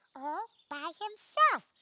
all by himself.